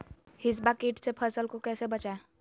हिसबा किट से फसल को कैसे बचाए?